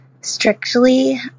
strictly